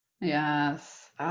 Yes